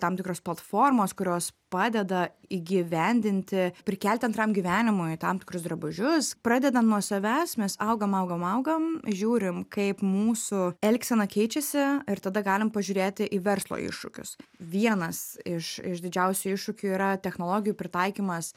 tam tikros platformos kurios padeda įgyvendinti prikelti antram gyvenimui tam tikrus drabužius pradedant nuo savęs mes augam augam augam žiūrim kaip mūsų elgsena keičiasi ir tada galim pažiūrėti į verslo iššūkius vienas iš iš didžiausių iššūkių yra technologijų pritaikymas